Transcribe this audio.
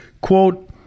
Quote